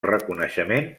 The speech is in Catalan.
reconeixement